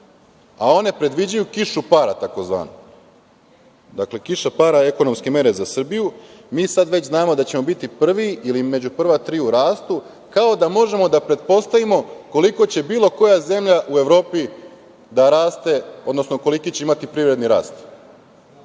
a one predviđaju kišu para. Dakle, kiša para, ekonomske mere za Srbiju. Mi sada već znamo da ćemo biti prvi, ili među prva tri u rastu, kao da možemo da pretpostavimo koliko će bilo koja zemlja u Evropi da raste, odnosno koliki će imati privredni rast,